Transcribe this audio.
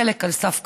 חלק על סף קריסה.